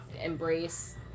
embrace